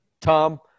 Tom